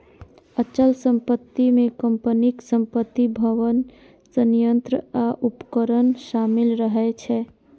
अचल संपत्ति मे कंपनीक संपत्ति, भवन, संयंत्र आ उपकरण शामिल रहै छै